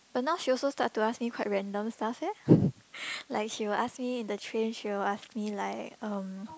but now she also start to ask me quite random stuff eh like she will ask me in the train she will ask me like um